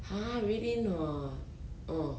!huh! really or not orh